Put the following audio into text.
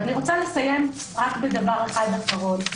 אני רוצה לסיים רק בדבר אחד אחרון.